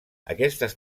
aquestes